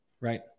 right